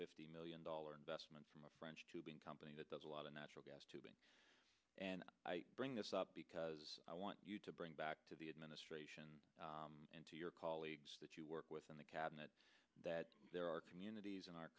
fifty million dollar investment from a french to being company that does a lot of natural gas tubing and i bring this up because i want you to bring back to the administration and to your colleagues that you work with in the cabinet that there are communities in our